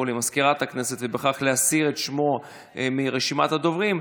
ובכך להסיר את שמו מרשימת הדוברים.